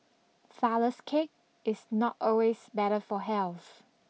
flourless cake is not always better for health